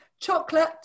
Chocolate